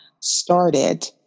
started